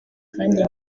kandi